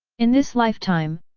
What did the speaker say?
in this lifetime,